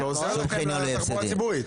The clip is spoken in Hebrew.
זה עוזר לכם בתחבורה הציבורית.